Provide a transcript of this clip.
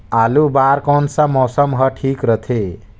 आलू बार कौन सा मौसम ह ठीक रथे?